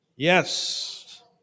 Yes